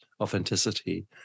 authenticity